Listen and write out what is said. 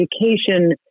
education